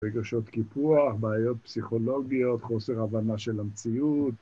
רגשות קיפוח, בעיות פסיכולוגיות, חוסר הבנה של המציאות